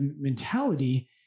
mentality